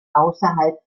außerhalb